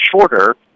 shorter